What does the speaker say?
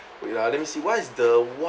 wait ah let me see what is the one